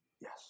Yes